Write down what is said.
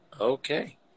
Okay